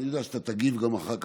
אני יודע שאתה תגיב גם אחר כך,